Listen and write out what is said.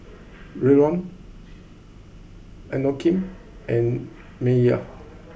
Revlon Inokim and Mayer